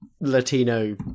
latino